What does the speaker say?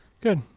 Good